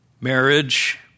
Marriage